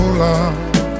love